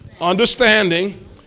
understanding